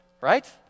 right